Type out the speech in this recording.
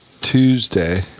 Tuesday